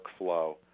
workflow